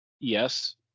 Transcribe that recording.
yes